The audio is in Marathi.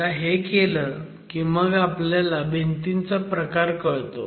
एकदा हे केलं की मग आपल्याला भिंतींचा प्रकार कळतो